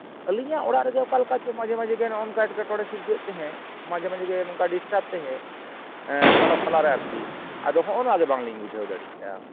ᱟᱹᱞᱤᱧᱟᱜ ᱚᱲᱟᱜ ᱨᱮᱜᱮ ᱚᱠᱟᱞᱮᱠᱟ ᱪᱚ ᱢᱟᱡᱷᱮᱼᱢᱟᱡᱷᱮ ᱜᱮ ᱱᱚᱝᱠᱟ ᱮᱴᱠᱮᱴᱚᱬᱮ ᱥᱤᱨᱡᱟᱹᱜ ᱛᱟᱦᱮᱸᱫ ᱢᱟᱡᱷᱮᱼᱢᱟᱡᱷᱮ ᱜᱮ ᱱᱚᱝᱠᱟᱭ ᱰᱚᱥᱴᱟᱯ ᱛᱟᱦᱮᱸᱫ ᱛᱟᱞᱟ ᱛᱟᱞᱟ ᱨᱮ ᱟᱨᱠᱤ ᱟᱫᱚ ᱦᱚᱸᱜᱼᱚ ᱱᱚᱣᱟ ᱜᱮ ᱵᱟᱝᱞᱤᱧ ᱵᱩᱡᱷᱟᱹᱣ ᱫᱟᱲᱮᱭᱟᱜᱼᱟ